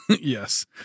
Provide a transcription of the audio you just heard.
Yes